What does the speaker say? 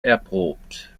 erprobt